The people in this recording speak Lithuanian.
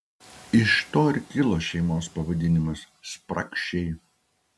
iš to ir kilo šeimos pavadinimas spragšiai